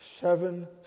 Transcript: seven